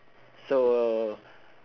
so